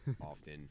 often